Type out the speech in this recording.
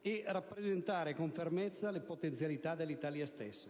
e di rappresentare con fermezza le potenzialità dell'Italia stessa.